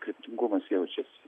kryptingumas jaučiasi